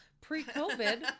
pre-COVID